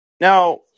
Now